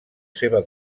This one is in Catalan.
seva